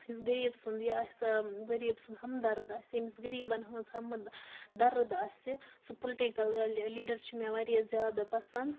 یُس غریٖب سُنٛد یہِ آسہِ غریٖب سُنٛد ہمدرٕد آسہِ ییٚمِس غریٖبَن ہٕنٛز ہمدرٕد آسہِ سُہ پُلٹِکَل لیٖڈَر چھِ مےٚ واریاہ زیادٕ پَسنٛد